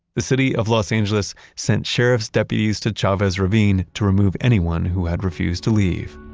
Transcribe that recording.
the city of los angeles sent sheriff's deputies to chavez ravine to remove anyone who had refused to leave.